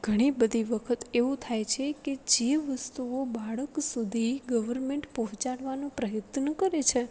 ઘણી બધી વખત એવું થાય છે કે જે વસ્તુઓ બાળક સુધી ગવર્મેન્ટ પહોંચાડવાનો પ્રયત્ન કરે છે